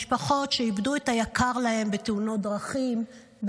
ומשפחות שאיבדו את היקר להן בתאונות דרכים או